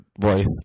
voice